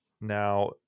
Now